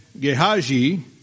Gehazi